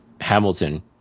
Hamilton